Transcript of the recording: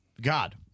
God